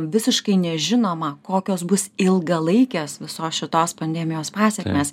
visiškai nežinoma kokios bus ilgalaikės visos šitos pandemijos pasekmės